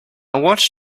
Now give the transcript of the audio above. watched